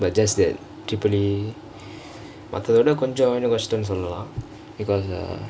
but just that triple E மத்ததவிட ரொம்ப க௸ட்டம்னு சொல்லல்ல:mathatha vida konjam romba kashtamnu sollalaa because uh